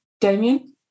Damien